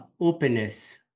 openness